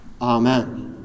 Amen